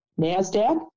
NASDAQ